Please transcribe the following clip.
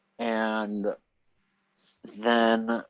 and then